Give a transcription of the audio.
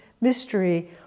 Mystery